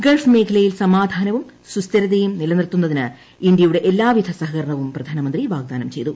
Gulf മേഖലയിൽ സമാധാനവും സ്ഥിരതയും നിലനിർത്തുന്നതിന് ഇന്ത്യയുടെ എല്ലാവിധ സഹകരണവും പ്രധാനമന്ത്രി വാഗ്ദാനം ചെയ്തു